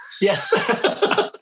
Yes